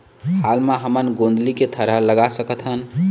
हाल मा हमन गोंदली के थरहा लगा सकतहन?